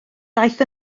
daeth